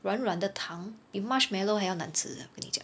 软软的糖比 marshmallow 还要难吃 uh 我跟你讲